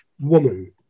woman